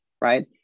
right